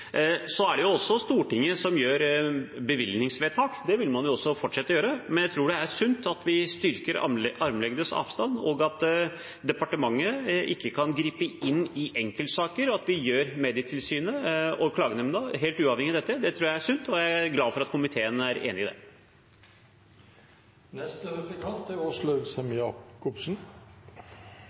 Det er også Stortinget som fatter bevilgningsvedtak – det vil man også fortsette å gjøre – men jeg tror det er sunt at vi styrker armlengdes avstand-prinsippet, og at departementet ikke kan gripe inn i enkeltsaker. At vi gjør Medietilsynet og Medieklagenemnda helt uavhengige av dette, tror jeg er sunt, og jeg er glad for at komiteen er enig i